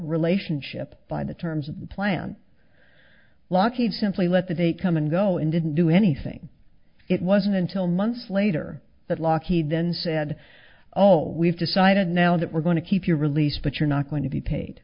relationship by the terms of the plan lockheed simply let the day come and go and didn't do anything it wasn't until months later that lockheed then said oh we've decided now that we're going to keep your release but you're not going to be paid